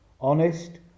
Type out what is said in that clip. honest